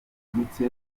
biturutse